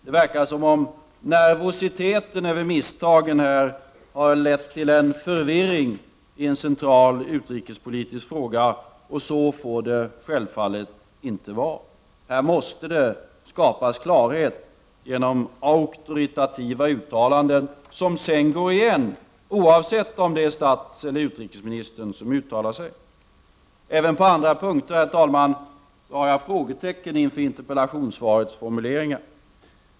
Det verkar som om nervositeten över misstagen har lett till en förvirring i en central utrikespolitisk fråga. Så får det självfallet inte vara. Här måste det skapas klarhet genom auktoritativa uttalanden som sedan går igen, oavsett om det är statseller utrikesministern som uttalar sig. Även på andra punkter, herr talman, har jag frågetecken inför interpellationssvarets formuleringar.